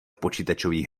počítačových